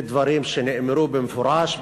בדברים שנאמרו במפורש,